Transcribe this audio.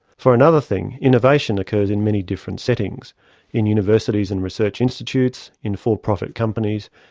for another thing, innovation occurs in many different settings in universities and research institutes, in for-profit companies,